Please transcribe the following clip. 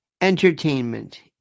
Entertainment